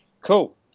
cool